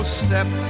step